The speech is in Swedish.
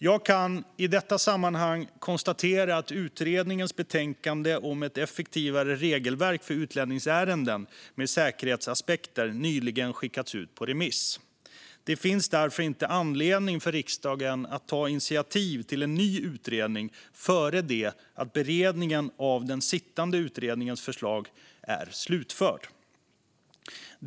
Jag kan i detta sammanhang konstatera att utredningens betänkande om ett effektivare regelverk för utlänningsärenden med säkerhetsaspekter nyligen skickats ut på remiss. Det finns därför inte anledning för riksdagen att ta initiativ till en ny utredning innan beredningen av den sittande utredningens förslag är slutförd.